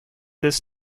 this